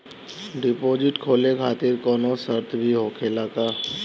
Deposit खोले खातिर कौनो शर्त भी होखेला का?